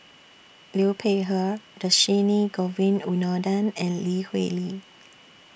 Liu Peihe Dhershini Govin Winodan and Lee Hui Li